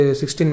16